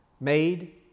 made